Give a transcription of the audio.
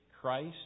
Christ